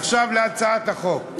עכשיו להצעת החוק,